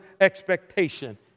expectation